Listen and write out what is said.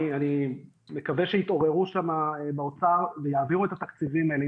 אני מקווה שיתעוררו שם באוצר ויעבירו את התקציבים האלה.